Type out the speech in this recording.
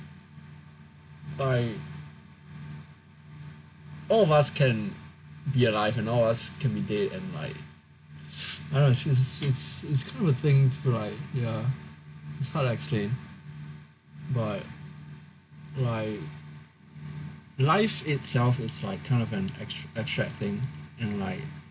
like all of us can be alive and all of us can be dead and like I don't know it's it's kind of a thing to like it's hard to explain but like life itself is like kind of an abstract thing and like